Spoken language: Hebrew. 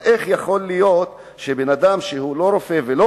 אז איך יכול להיות שאדם שהוא לא רופא ולא